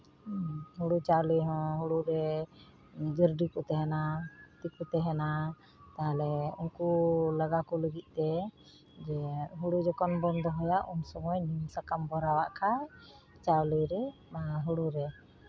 ᱦᱩᱲᱩ ᱪᱟᱣᱞᱮ ᱦᱚᱸ ᱦᱩᱲᱩ ᱨᱮ ᱡᱟᱨᱰᱤ ᱠᱚ ᱛᱟᱦᱮᱱᱟ ᱦᱚᱛᱤ ᱠᱚ ᱛᱟᱦᱮᱱᱟ ᱛᱟᱦᱞᱮ ᱩᱱᱠᱩ ᱞᱟᱸᱜᱟ ᱠᱚ ᱞᱟᱹᱜᱤᱫ ᱛᱮ ᱡᱮ ᱦᱩᱲᱩ ᱡᱚᱠᱷᱚᱱ ᱵᱚᱱ ᱫᱚᱦᱚᱭᱟ ᱩᱱ ᱥᱚᱢᱚᱭ ᱱᱤᱢ ᱥᱟᱠᱟᱢ ᱵᱷᱚᱨᱟᱣ ᱟᱜ ᱠᱷᱟᱡ ᱪᱟᱣᱞᱮ ᱨᱮ ᱵᱟᱝ ᱦᱩᱲᱩᱨᱮ